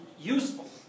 useful